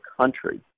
country